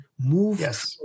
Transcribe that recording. move